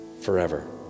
forever